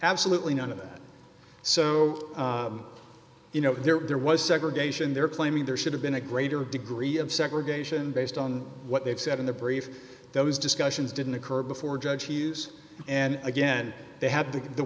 absolutely none of that so you know there were there was segregation there claiming there should have been a greater degree of segregation based on what they've said in the brief those discussions didn't occur before judge hughes and again they have the the